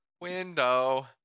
Window